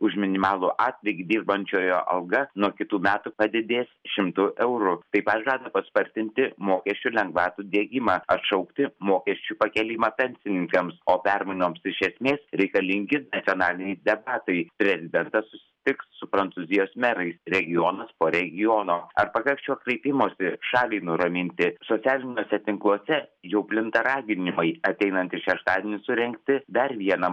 už minimalų atlygį dirbančiojo alga nuo kitų metų padidės šimtu eurų taip pat žada paspartinti mokesčių lengvatų diegimą atšaukti mokesčių pakėlimą pensininkams o permainoms iš esmės reikalingi nacionaliniai debatai prezidentas susitiks su prancūzijos merais regionas po regiono ar pakaks šio kreipimosi šaliai nuraminti socialiniuose tinkluose jau plinta raginimai ateinantį šeštadienį surengti dar vieną